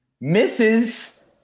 misses